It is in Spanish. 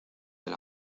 del